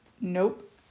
Nope